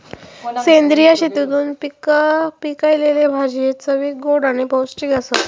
सेंद्रिय शेतीतून पिकयलले भाजये चवीक गोड आणि पौष्टिक आसतत